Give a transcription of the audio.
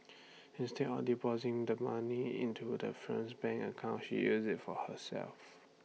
instead of depositing the money into the firm's bank account she used IT for herself